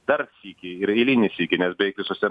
dar sykį ir eilinį sykį nes beveik visose